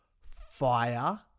fire